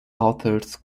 authors